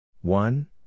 One